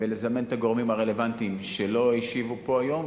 ולזמן את הגורמים הרלוונטיים שלא השיבו פה היום,